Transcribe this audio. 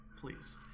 Please